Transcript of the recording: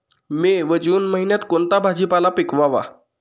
मे व जून महिन्यात कोणता भाजीपाला पिकवावा?